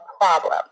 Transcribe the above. problem